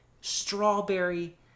strawberry